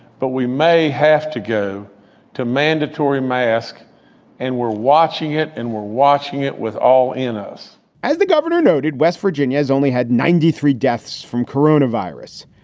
but we may have to go to mandatory mask and we're watching it and we're watching it with all us as the governor noted, west virginia has only had ninety three deaths from corona virus.